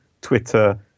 Twitter